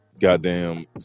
goddamn